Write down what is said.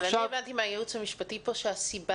אבל אני הבנתי מהייעוץ המשפטי פה שהסיבה